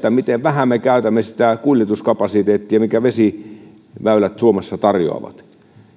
se miten vähän me käytämme sitä kuljetuskapasiteettia minkä vesiväylät suomessa tarjoavat